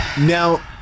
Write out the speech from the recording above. now